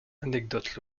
anecdote